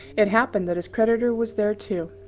it happened that his creditor was there too.